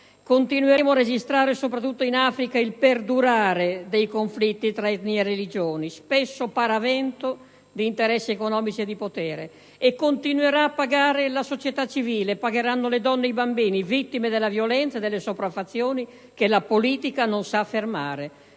continueremo a registrare, soprattutto in Africa, il perdurare dei conflitti tra etnie e religioni, spesso paravento di interessi economici e di potere. Continuerà a pagare la società civile, pagheranno le donne e i bambini, vittime della violenza e delle sopraffazioni che la politica non sa fermare.